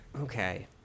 Okay